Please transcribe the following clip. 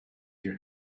your